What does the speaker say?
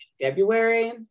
February